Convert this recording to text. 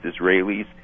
Israelis